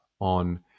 on